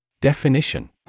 definition